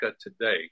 today